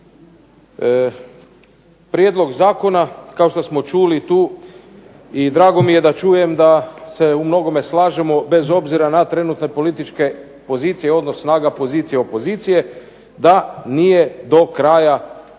Prijedlog zakona kao što smo čuli tu i drago mi je da čujem da se u mnogome slažemo bez obzira na trenutne političke pozicije i odnos snaga pozicije i opozicije da nije do kraja razradio